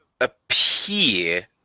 appear